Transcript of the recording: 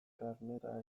karneta